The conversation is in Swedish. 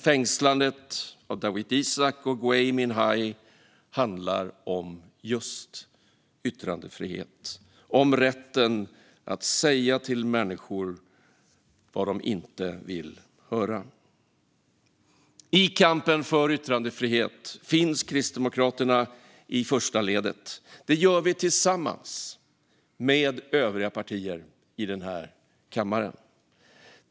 Fängslandet av Dawit Isaak och Gui Minhai handlar om just yttrandefrihet - om rätten att säga till människor vad de inte vill höra. I kampen för yttrandefrihet finns Kristdemokraterna i första ledet. Det gör vi tillsammans med övriga partier i den här kammaren.